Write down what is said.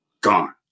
gone